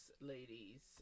ladies